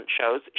shows